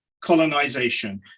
colonization